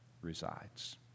resides